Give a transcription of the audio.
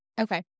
Okay